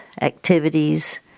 activities